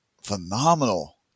phenomenal